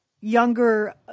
younger